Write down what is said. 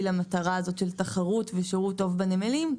למטרה הזאת של תחרות ושירות טוב בנמלים,